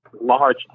large